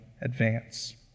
advance